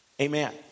Amen